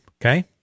okay